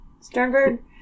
Sternberg